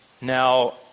Now